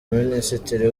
minisitiri